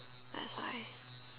that's why